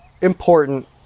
important